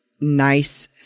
nice